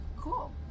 Cool